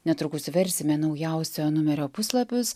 netrukus versime naujausio numerio puslapius